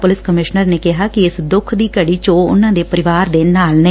police commissioner ਨੇ ਕਿਹਾ ਕਿ ਇਸ ਦੁੱਖ ਦੀ ਘੜੀ ਚ ਉਹ ਉਨਾਂ ਦੇ ਪਰਿਵਾਰ ਦੇ ਨਾਲ ਨੇ